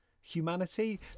humanity